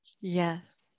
Yes